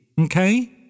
okay